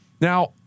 Now